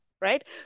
Right